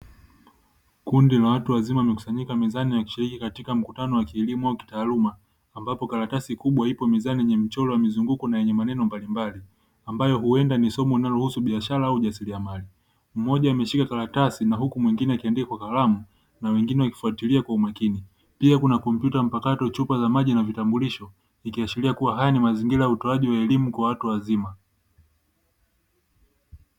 Kundi la watu wazima wamekusanyika mezani ya kishiriki katika mkutano wa kilimo kitaaluma, ambapo karatasi kubwa ipo mezani yenye mchoro wa mizunguko na maneno mbalimbali ambayo huenda ni somo linalohusu biashara au ujasiliamali; mmoja ameshika karatasi huku mwingine akiandika gharama, na wengine wakifuatilia kwa umakini, pia kuna kompyuta mpakato, chupa za maji na vitambulisho, ikiashiria kuwa haya ni mazingira ya utoaji wa elimu kwa watu wazima.